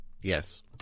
Yes